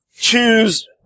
Choose